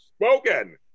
spoken